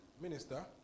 minister